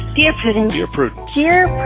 dear prudence, dear prudence here,